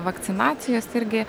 vakcinacijos irgi